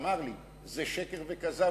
אמר לי: זה שקר וכזב,